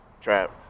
trap